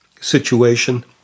situation